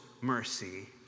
mercy